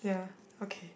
yeah okay